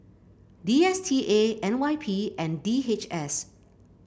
D S T A N Y P and D H S